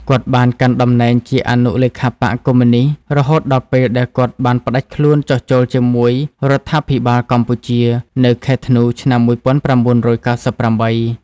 គាត់ បានកាន់តំណែងជាអនុលេខាបក្សកុម្មុយនិស្តរហូតដល់ពេលដែលគាត់បានផ្តាច់ខ្លួនចុះចូលជាមួយរដ្ឋាភិបាលកម្ពុជា នៅខែធ្នូ ឆ្នាំ១៩៩៨។